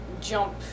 jump